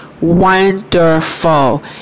Wonderful